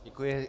Děkuji.